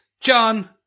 John